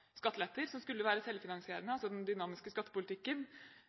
skatteletter som skulle være selvfinansierende – altså den dynamiske skattepolitikken